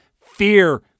fear